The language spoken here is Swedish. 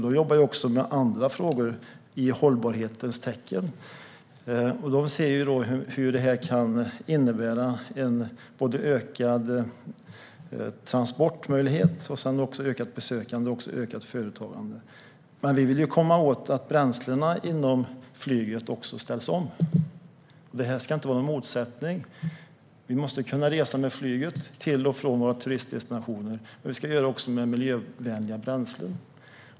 Man jobbar också med andra frågor i hållbarhetens tecken och ser hur detta kan innebära både ökade transportmöjligheter och ökat besökande och företagande. Men vi vill också att bränslena inom flyget ställs om. Detta ska inte vara någon motsättning. Vi måste kunna resa med flyg till och från våra turistdestinationer, och det ska vi göra med miljövänliga bränslen.